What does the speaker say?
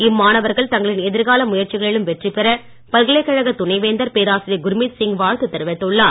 இம்மாணவர்கள் தங்களின் எதிர்கால முயற்சிகளிலு வெற்றி பெற பல்கலைக்கழகத் துணைவேந்தர் பேராசிரியர் குர்மித் சிங் வாழ்த்து தெரிவித்துள்ளார்